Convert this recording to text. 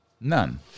None